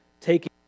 taking